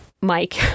Mike